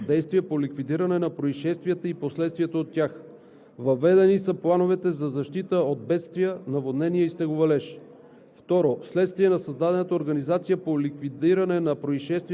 изпълнителната власт е създала необходимата организация за действия по ликвидиране на произшествията и последствията от тях. Въведени са плановете за защита от бедствия, наводнения и снеговалеж.